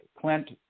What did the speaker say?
Clint